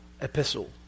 epistle